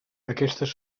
aquestes